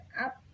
up